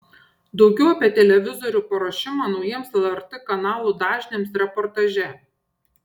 daugiau apie televizorių paruošimą naujiems lrt kanalų dažniams reportaže